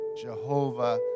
Jehovah